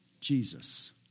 Jesus